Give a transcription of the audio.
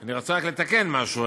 אני רוצה רק לתקן משהו.